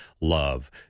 love